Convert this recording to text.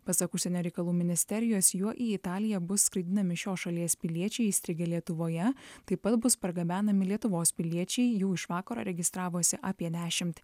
pasak užsienio reikalų ministerijos juo į italiją bus skraidinami šios šalies piliečiai įstrigę lietuvoje taip pat bus pargabenami lietuvos piliečiai jų iš vakaro registravosi apie dešimt